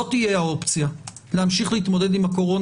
לא תהיה האופציה להמשיך להתמודד עם הקורונה